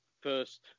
first